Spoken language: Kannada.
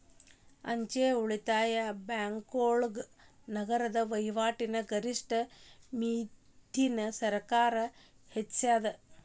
ಅಂಚೆ ಉಳಿತಾಯ ಬ್ಯಾಂಕೋಳಗ ನಗದ ವಹಿವಾಟಿನ ಗರಿಷ್ಠ ಮಿತಿನ ಸರ್ಕಾರ್ ಹೆಚ್ಚಿಸ್ಯಾದ